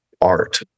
art